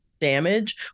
damage